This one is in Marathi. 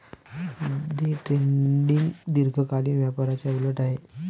डे ट्रेडिंग दीर्घकालीन व्यापाराच्या उलट आहे